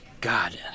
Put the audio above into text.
God